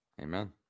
Amen